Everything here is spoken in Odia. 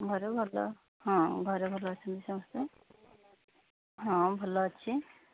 ଘରେ ଭଲ ହଁ ଘରେ ଭଲ ଅଛନ୍ତି ସମସ୍ତେ ହଁ ଭଲ ଅଛି